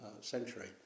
century